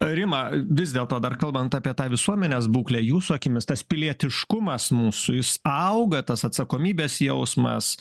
rima vis dėlto dar kalbant apie tą visuomenės būklę jūsų akimis tas pilietiškumas mūsų jis auga tas atsakomybės jausmas